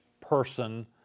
person